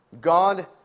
God